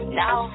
now